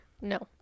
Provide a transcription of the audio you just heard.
No